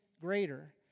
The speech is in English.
greater